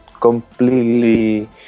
completely